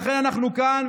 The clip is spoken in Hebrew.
לכן אנחנו כאן,